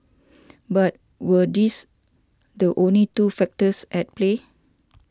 but were these the only two factors at play